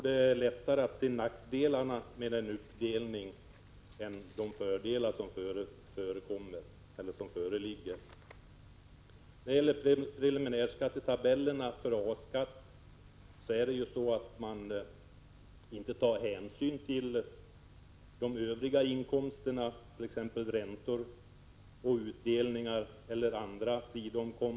Det är lättare att se nackdelar med en uppdelning än eventuella fördelar. Preliminärskattetabellerna för A-skatt tar inte hänsyn till sidoinkomster, t.ex. räntor och utdelningar.